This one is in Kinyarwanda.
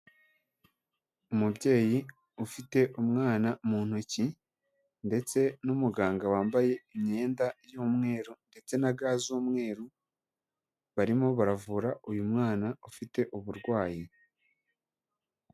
Umubyeyi ufite umwana mu ntoki ndetse n'umuganga wambaye imyenda y'umweru, ndetse na ga z'umweru, barimo baravura uyu mwana ufite uburwayi.